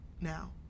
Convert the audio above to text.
now